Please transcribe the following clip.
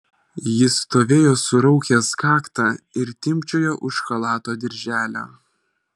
jis stovėjo suraukęs kaktą ir timpčiojo už chalato dirželio